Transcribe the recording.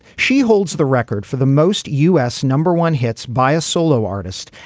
she holds the record for the most u s. number one hits by a solo artist.